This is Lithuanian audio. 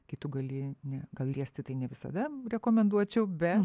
kai tu gali ne gal liesti tai ne visada rekomenduočiau bet